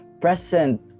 present